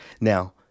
Now